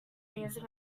music